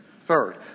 Third